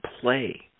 play